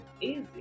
easy